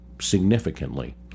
significantly